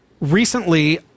recently